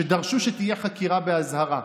שדרשו שתהיה חקירה באזהרה.